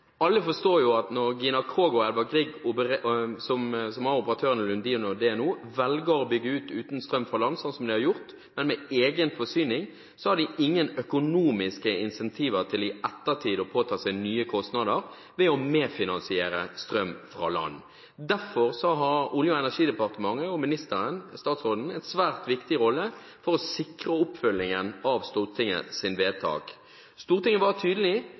alle forstår at når Lundin og DNO, som er operatører for Gina Krog og Edvard Grieg, velger å bygge ut uten strøm fra land, som de har gjort, men med egen forsyning, har de ingen økonomiske incentiver til i ettertid å påta seg nye kostnader ved å medfinansiere strøm fra land. Derfor har Olje- og energidepartementet og statsråden en svært viktig rolle for å sikre oppfølgingen av Stortingets vedtak. Stortinget var tydelig.